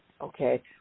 Okay